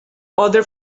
other